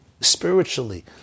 spiritually